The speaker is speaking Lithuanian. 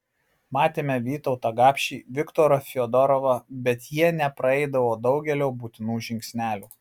matėme vytautą gapšį viktorą fiodorovą bet jie nepraeidavo daugelio būtinų žingsnelių